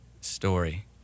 story